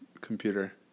computer